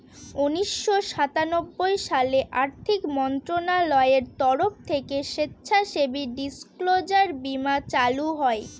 উনিশশো সাতানব্বই সালে আর্থিক মন্ত্রণালয়ের তরফ থেকে স্বেচ্ছাসেবী ডিসক্লোজার বীমা চালু হয়